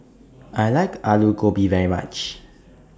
I like Aloo Gobi very much